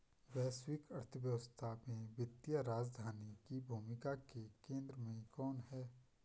वैश्विक अर्थव्यवस्था में वित्तीय राजधानी की भूमिका के केंद्र में कौन है?